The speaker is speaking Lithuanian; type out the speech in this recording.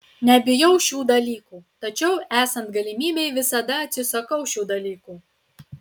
nebijau šių dalykų tačiau esant galimybei visada atsisakau šių dalykų